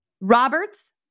Roberts